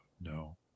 No